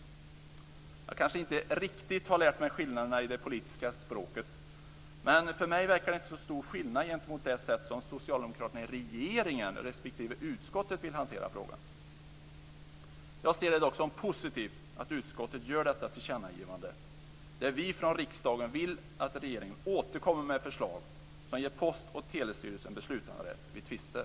Jag kanske inte riktigt har lärt mig skillnaderna i det politiska språket, men för mig verkar det inte vara så stor skillnad gentemot det sätt på vilket socialdemokraterna i regeringen respektive i utskottet vill hantera frågan. Jag ser det dock som positivt att utskottet gör detta tillkännagivande, där vi från riksdagen vill att regeringen återkommer med förslag som ger Postoch telestyrelsen beslutanderätt vid tvister.